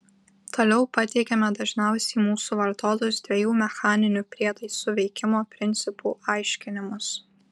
toliau pateikiame dažniausiai mūsų vartotus dviejų mechaninių prietaisų veikimo principų aiškinimus